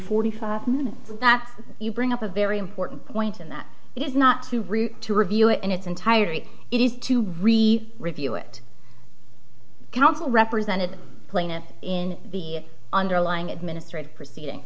forty five minutes that you bring up a very important point and that is not to root to review and its entire eats it is to receive review it counsel represented plaintiff in the underlying administrative proceeding